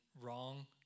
wrong